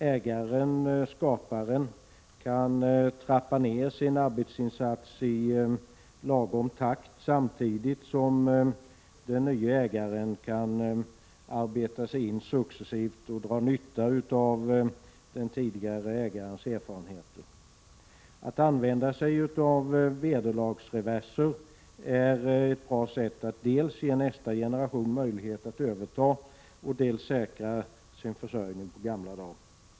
Ägaren-skaparen kan trappa ned sin arbetsinsats i lagom takt, samtidigt som den nye ägaren kan arbeta sig in successivt och dra nytta av den tidigare ägarens erfarenheter. Att använda sig av vederlagsreverser är ett bra sätt att dels ge nästa generation möjlighet att överta företaget, dels säkra sin försörjning på gamla dagar.